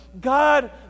God